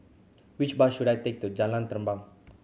which bus should I take to Jalan Terentang